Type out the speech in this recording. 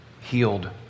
healed